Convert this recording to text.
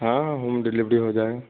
ہاں home delivery ہو جائے گا